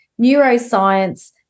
neuroscience